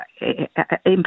impact